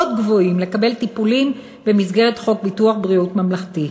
גבוהים לקבל טיפולים במסגרת חוק ביטוח בריאות ממלכתי.